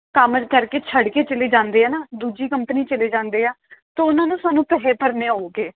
ਕਰਕੇ ਛੱਡ ਕੇ ਚਲੇ ਜਾਂਦੇ ਆ ਨਾ ਦੂਜੀ ਕੰਪਨੀ ਚਲੇ ਜਾਂਦੇ ਆ ਤੋ ਉਹਨਾਂ ਨੂੰ ਸਾਨੂੰ ਪੈਸੇ ਭਰਨੇ ਆਉਗੇ